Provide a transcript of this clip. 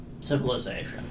civilization